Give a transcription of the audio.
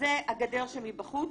זה הגדר שמבחוץ.